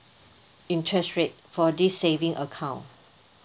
interest rate for this saving account